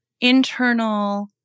internal